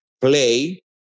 play